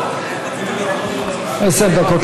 עשר דקות